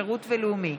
שירות ולאומיים,